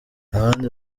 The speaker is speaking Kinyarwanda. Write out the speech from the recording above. abandi